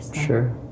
sure